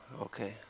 Okay